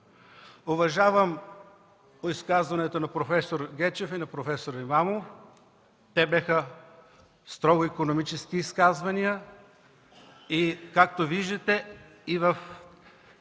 Уважавам изказването на проф. Гечев и на проф. Имамов. Те бяха строго икономически изказвания. Както виждате, и в техните